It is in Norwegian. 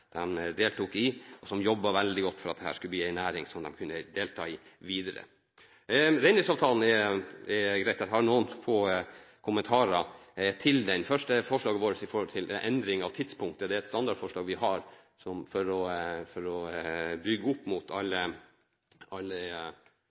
deltok i, og som jobbet veldig godt for at dette skulle bli en næring som de kunne delta i videre. Når det gjelder reindriftsavtalen, har jeg noen få kommentarer til det første forslaget vårt om endring av tidspunktet. Det er et standardforslag vi har for å bygge opp mot alle